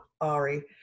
Ari